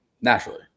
Naturally